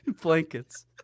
blankets